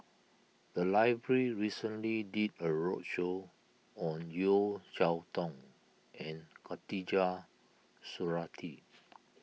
the library recently did a roadshow on Yeo Cheow Tong and Khatijah Surattee